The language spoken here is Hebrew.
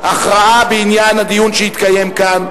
להכרעה בעניין הדיון שהתקיים כאן.